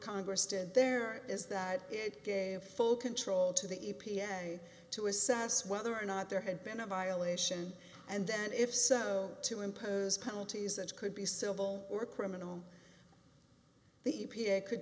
congress did there is that it gave full control to the e p a to assess whether or not there had been a violation and that if so to impose penalties that could be civil or criminal the e p a could